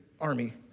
army